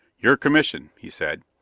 your commission, he said.